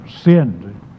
sinned